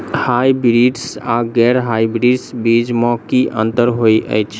Hybrids आ गैर hybrids बीज म की अंतर होइ अछि?